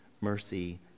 mercy